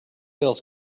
else